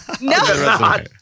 No